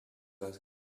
les